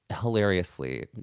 hilariously